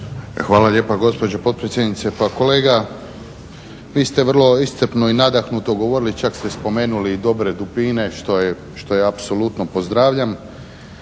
Hvala lijepa gospođo potpredsjednice. Pa kolega vi ste vrlo iscrpno i nadahnuto govorili, čak ste spomenuli i dobre dupine što ja apsolutno pozdravljam,